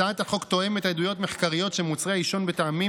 הצעת החוק תואמת עדויות מחקריות שמוצרי העישון בטעמים